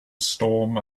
storm